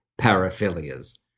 paraphilias